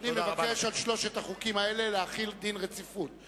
אדוני מבקש על שלושת החוקים האלה להחיל דין רציפות.